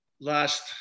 last